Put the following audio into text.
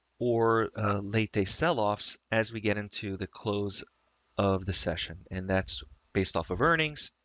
or a late day sell offs as we get into the close of the session. and that's based off of earnings,